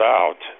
out